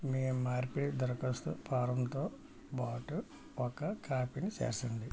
మీ మార్పిడి దరఖాస్తు ఫారంతో పాటు ఒక కాపీని చేర్చండి